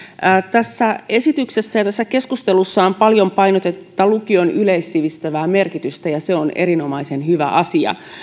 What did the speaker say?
tässä esityksessä ja tässä keskustelussa on paljon painotettu tätä lukion yleissivistävää merkitystä ja se on erinomaisen hyvä asia